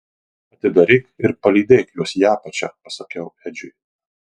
atidaryk ir palydėk juos į apačią pasakiau edžiui